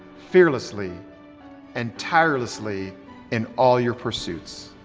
fearlessly and tirelessly in all your pursuits.